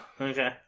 okay